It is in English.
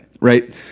right